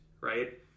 right